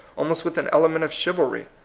almost with an element of chivalry.